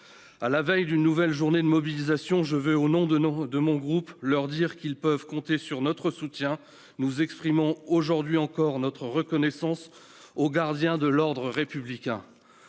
À la veille d'une nouvelle journée de mobilisation, je veux, au nom de mon groupe, leur dire qu'ils peuvent compter sur notre soutien. Nous exprimons, aujourd'hui encore, notre reconnaissance aux gardiens de l'ordre républicain.